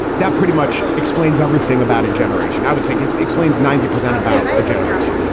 that pretty much explains everything about a generation, i would think ah explains ninety percent about a generation.